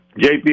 JP